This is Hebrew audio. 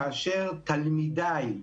כאשר תלמידיי,